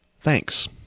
Thanks